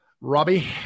Robbie